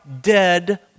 dead